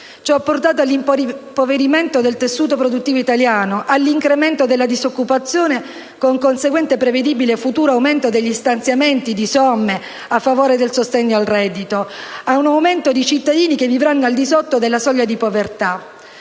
Ciò ha portato all'impoverimento del tessuto produttivo italiano, all'incremento della disoccupazione con conseguente prevedibile futuro aumento degli stanziamenti di somme a favore del sostegno al reddito, e ad un aumento di cittadini che vivranno al di sotto della soglia di povertà.